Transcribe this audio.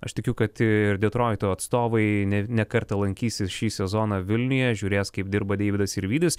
aš tikiu kad ir detroito atstovai ne ne kartą lankysis šį sezoną vilniuje žiūrės kaip dirba deividas sirvydis